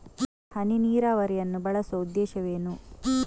ಹನಿ ನೀರಾವರಿಯನ್ನು ಬಳಸುವ ಉದ್ದೇಶವೇನು?